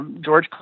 George